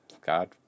God